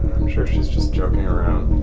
i'm sure she's just joking around.